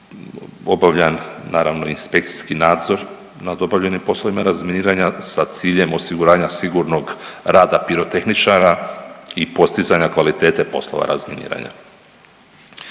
obavljan, naravno, inspekcijski nadzor nad obavljenim poslovima razminiranja sa ciljem osiguranja sigurnog rada pirotehničara i postizanja kvalitete poslova razminiranja.